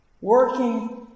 working